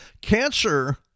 Cancer